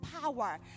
power